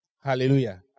Hallelujah